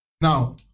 Now